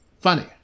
funny